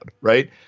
right